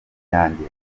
yanjye